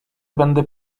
będę